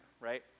right